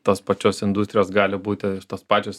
tos pačios industrijos gali būti ir tos pačios